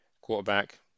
Quarterback